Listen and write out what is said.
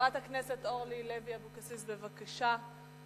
הכנסת אורלי לוי אבקסיס, בבקשה.